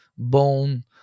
bone